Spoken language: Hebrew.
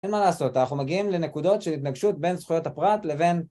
אין מה לעשות, אנחנו מגיעים לנקודות של התנגשות בין זכויות הפרט לבין...